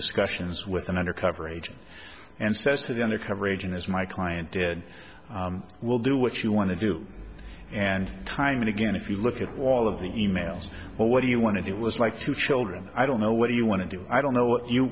discussions with an undercover agent and says to the undercover agent as my client did we'll do what you want to do and time and again if you look at wall of the e mails well what do you want to do it was like two children i don't know what do you want to do i don't know what you